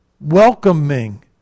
welcoming